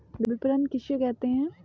विपणन किसे कहते हैं?